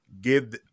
give